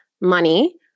money